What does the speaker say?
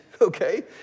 okay